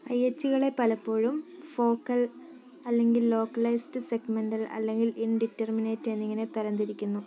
I H കളെ പലപ്പോഴും focal അല്ലെങ്കിൽ ലോക്കലൈസ്ഡ് സെഗ്മെൻറ്റൽ അല്ലെങ്കിൽ ഇൻഡിറ്റർമിനേറ്റ് എന്നിങ്ങനെ തരം തിരിക്കുന്നു